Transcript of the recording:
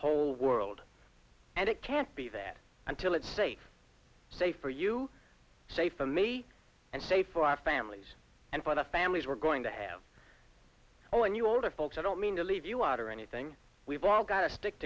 whole world and it can't be that until it's safe safe for you safe for me and safe for our families and for the families we're going to have when you older folks i don't mean to leave you out or anything we've got to stick